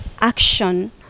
action